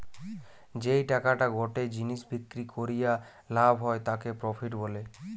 যেই টাকাটা গটে জিনিস বিক্রি করিয়া লাভ হয় তাকে প্রফিট বলে